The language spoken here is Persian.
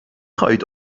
خواهید